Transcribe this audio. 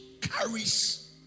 carries